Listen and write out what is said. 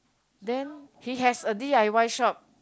then he has d_i_y shop